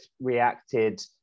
reacted